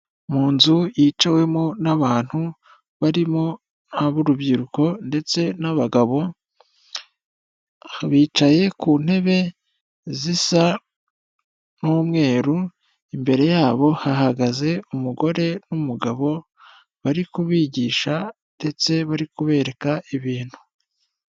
Mu nzu yicawemo n'abantu barimo ab'urubyiruko ndetse n'abagabo bicaye ku ntebe zisa n'umweru, imbere yabo hahagaze umugore n'umugabo bari kubigisha ndetse bari kubereka ibintu.